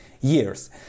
years